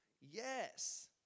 Yes